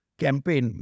campaign